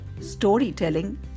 storytelling